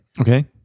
okay